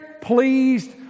pleased